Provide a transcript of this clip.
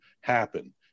happen